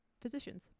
physicians